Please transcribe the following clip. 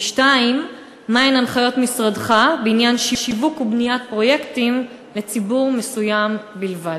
2. מה הן הנחיות משרדך בעניין שיווק ובניית פרויקטים לציבור מסוים בלבד?